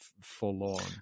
forlorn